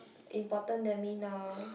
important than me now